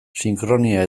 sinkronia